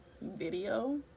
video